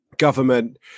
government